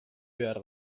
behar